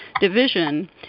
division